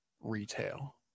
retail